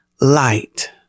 Light